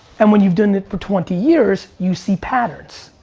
and when you've done it for twenty years, you see patterns.